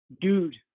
dude